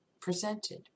presented